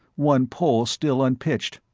one pole still unpitched.